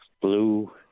blue